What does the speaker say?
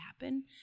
happen